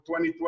2020